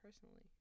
Personally